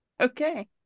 okay